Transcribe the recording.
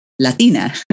Latina